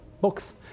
books